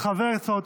חבר הכנסת סמוטריץ',